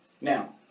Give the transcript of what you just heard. Now